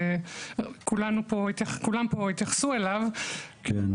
שכולם פה התייחסו אליו --- כן,